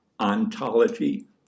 Ontology